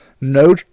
No